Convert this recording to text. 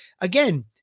again